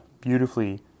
beautifully